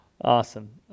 awesome